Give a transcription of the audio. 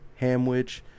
Hamwich